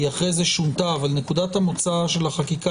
היא אחרי זה שונתה אך נקודת המוצא של החקיקה